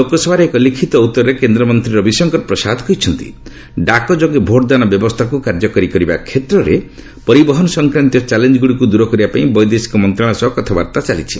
ଲୋକସଭାରେ ଏକ ଲିଖିତ ଉତ୍ତରରେ କେନ୍ଦ୍ରମନ୍ତ୍ରୀ ରବିଶଙ୍କର ପ୍ରସାଦ କହିଛନ୍ତି ଡାକେ ଯୋଗେ ଭୋଟଦାନ ବ୍ୟବସ୍ଥାକୁ କାର୍ଯ୍ୟକାରୀ କରିବା କ୍ଷେତ୍ରରେ ପରିବହନ ସଂକ୍ରାନ୍ତୀୟ ଚ୍ୟାଲେଞ୍ଜ ଗୁଡ଼ିକୁ ଦୂର କରିବା ପାଇଁ ବୈଦେଶିକ ମନ୍ତ୍ରଣାଳୟ ସହ କଥାବାର୍ତ୍ତା ଚାଲିଛି